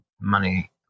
money